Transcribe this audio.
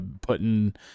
putting